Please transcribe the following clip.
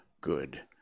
good